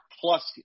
plus